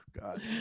God